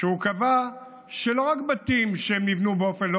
הוא קבע שלא רק בתים שנבנו באופן לא